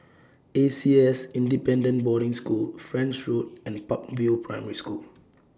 A C S Independent Boarding School French Road and Park View Primary School